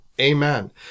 Amen